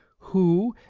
who,